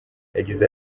yagize